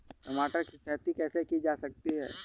टमाटर की खेती कैसे की जा सकती है?